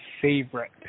favorite